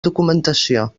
documentació